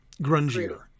grungier